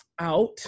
out